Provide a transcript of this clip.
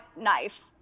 knife